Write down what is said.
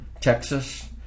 Texas